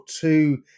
two